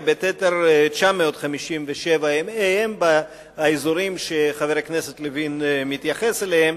בתדר AM 957 באזורים שחבר הכנסת לוין מתייחס אליהם.